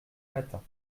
matins